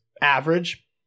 average